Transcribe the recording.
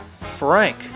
Frank